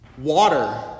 Water